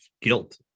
guilt